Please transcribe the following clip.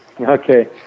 Okay